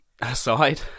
aside